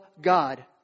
God